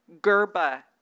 Gerba